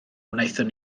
wnaethon